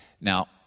Now